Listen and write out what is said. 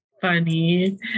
funny